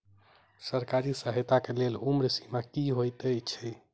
सरकारी सहायता केँ लेल उम्र सीमा की हएत छई?